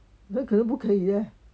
等可能不可以 eh